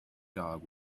dog